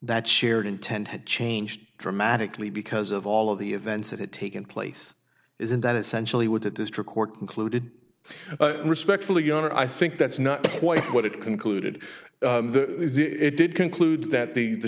that shared intent had changed dramatically because of all of the events that had taken place isn't that essentially what the district court concluded respectfully yonder i think that's not quite what it concluded it did conclude that the the